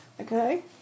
Okay